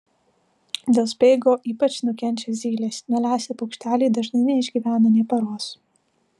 dėl speigo ypač nukenčia zylės nelesę paukšteliai dažnai neišgyvena nė paros